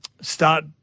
start